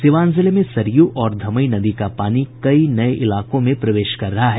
सिवान जिले में सरयू और धमई नदी का पानी कई नये इलाकों में प्रवेश कर रहा है